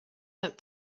out